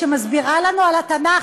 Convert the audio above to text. שמסבירה לנו על התנ"ך.